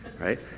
right